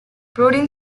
protein